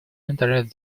entered